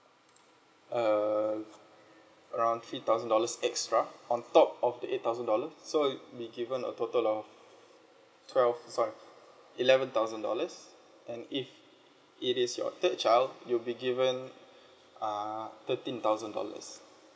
uh around three thousand dollars extra on top of the eight thousand dollars so it'll be given a total of twelve sorry eleven thousand dollars and if it is your third child you'll be given uh thirteen thousand dollars